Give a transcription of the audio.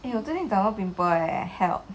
eh 我最近长很多 pimples leh help